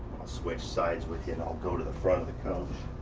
switch sides with you and i'll go to the front of the coach.